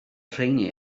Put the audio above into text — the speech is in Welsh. rheiny